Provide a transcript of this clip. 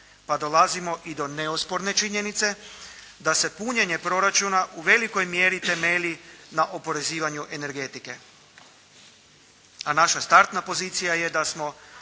pa dolazimo i do neosporne činjenice da se punjenje proračuna u velikoj mjeri temelji na oporezivanju energetike, a naša startna pozicija je da smo